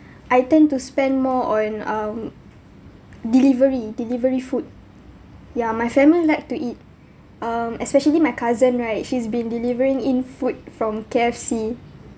I tend to spend more on um delivery delivery food ya my family like to eat um especially my cousin right she's been delivering in food from K_F_C